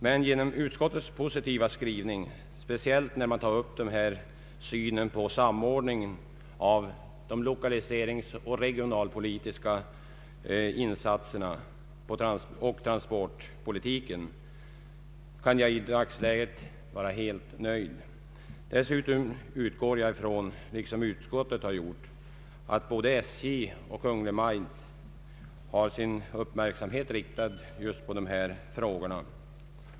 Men på grund av utskottets positiva skrivning, speciellt om samordningen mellan de lokaliseringsoch regionalpolitiska insatserna och transportpolitiken, kan jag i dagsläget vara nöjd. Liksom utskottet utgår jag från att både SJ och Kungl. Maj:t har uppmärksamheten riktad just på dessa frågor.